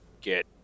get